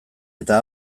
eta